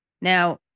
Now